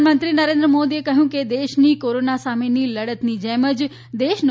પ્રધાનમંત્રી નરેન્ન મોદીએ કહ્યું કે દેશની કોરોના સામેની લડતની જેમ જ દેશનો